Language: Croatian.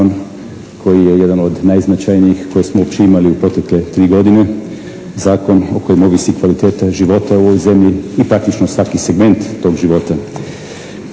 koji je jedan od najznačajnijih koje smo uopće imali u protekle 3 godine, zakon o kojem ovisi kvaliteta života u ovoj zemlji i praktično svaki segment tog života.